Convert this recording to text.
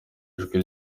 ijwi